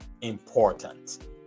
important